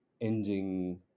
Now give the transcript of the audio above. ending